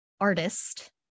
artist